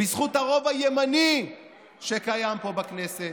בזכות הרוב הימני שקיים פה בכנסת,